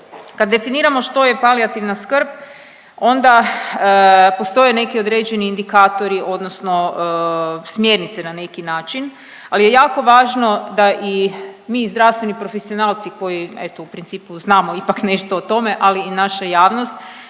Kad definiramo što je palijativna skrb onda postoje neki određeni indikatori, odnosno smjernice na neki način. Ali je jako važno da i mi zdravstveni profesionalci koji eto u principu znamo ipak nešto o tome, ali i naša javnost